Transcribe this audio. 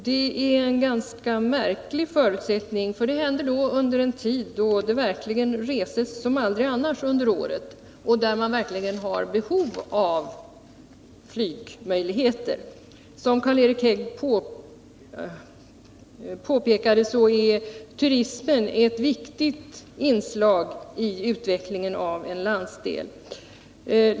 Det är en ganska märklig förutsättning, eftersom en sådan nedläggning skulle inträffa under en tid då det reses som aldrig annars under året och när man verkligen har behov av flygmöjligheter. Som Karl-Erik Häll påpekade är turisten ett viktigt inslag i utvecklingen av en landsdel.